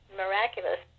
miraculous